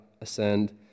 ascend